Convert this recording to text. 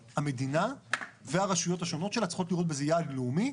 המדינה והרשויות השונות שלה צריכות לראות בזה יעד לאומי,